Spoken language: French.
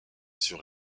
sur